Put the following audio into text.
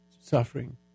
suffering